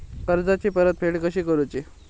कर्जाची परतफेड कशी करुची?